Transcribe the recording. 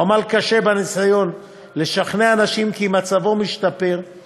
הוא עמל קשה בניסיון לשכנע אנשים כי מצבו משתפר,